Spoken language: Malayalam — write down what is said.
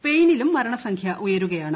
സ്പെയിനിലും മരണസംഖ്യ ഉയരുകയാണ്